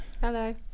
Hello